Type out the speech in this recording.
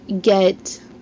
get